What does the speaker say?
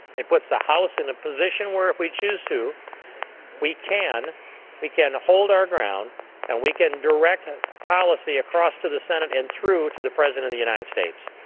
it puts the house in a position where if we choose to we can we can hold our ground and we can direct and policy across to the senate and through to the president of the united states.